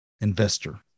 investor